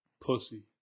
pussy